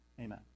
Amen